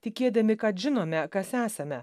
tikėdami kad žinome kas esame